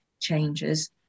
changes